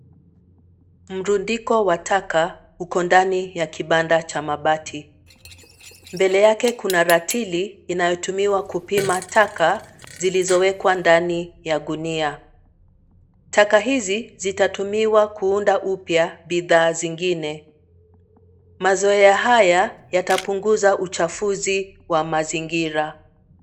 Mrundiko wa taka uko ndani ya kibanda cha mabati. Mbele yake kuna ratili inayotumiwa kupima taka zilizowekwa ndani ya gunia. Taka hizi zitatumiwa kuunda upya bidhaa zingine. Mazoea haya yatapunguza uchafuzi wa mazingira.